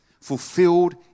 fulfilled